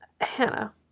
Hannah